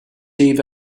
eve